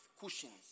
cushions